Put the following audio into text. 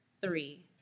three